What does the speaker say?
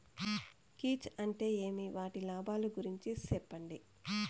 కీచ్ అంటే ఏమి? వాటి లాభాలు గురించి సెప్పండి?